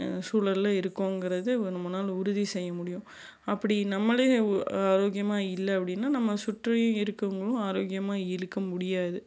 சூழலில் இருக்கோங்கிறது நம்மளால உறுதி செய்ய முடியும் அப்படி நம்மளே ஆரோக்கியமாக இல்லை அப்படின்னா நம்ம சுற்றி இருக்கவங்களும் ஆரோக்கியமாக இருக்க முடியாது